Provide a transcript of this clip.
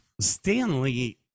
Stanley